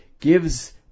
gives